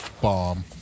bomb